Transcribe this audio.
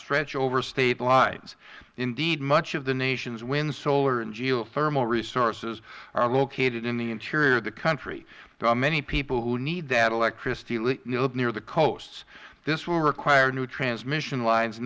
stretch over state lines indeed much of the nation's wind solar and geothermal resources are located in the interior of the country while many people who need that electricity live near the coasts this will require new transmission lines